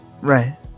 Right